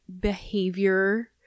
behavior